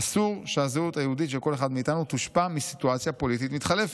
אסור שהזהות היהודית של כל אחד מאיתנו תושפע מסיטואציה פוליטית מתחלפת.